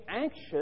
anxious